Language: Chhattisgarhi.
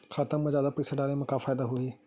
खाता मा जादा पईसा डाले मा का फ़ायदा होही?